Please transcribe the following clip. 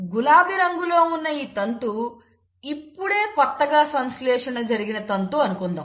గులాబీ రంగులో ఉన్నఈ తంతు ఇప్పుడే కొత్తగా సంశ్లేషణ జరిగిన తంతు అనుకుందాం